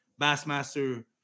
Bassmaster